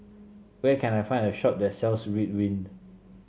where can I find a shop that sells Ridwind